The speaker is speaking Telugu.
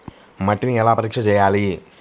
మట్టిని ఎలా పరీక్ష చేయాలి?